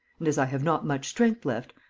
and, as i have not much strength left,